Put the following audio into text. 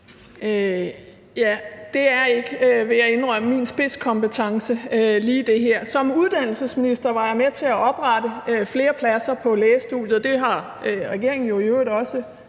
det her er ikke, vil jeg indrømme, min spidskompetence. Som uddannelsesminister var jeg med til at oprette flere pladser på lægestudiet. Det har regeringen jo i øvrigt også gjort.